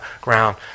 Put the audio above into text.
ground